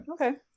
Okay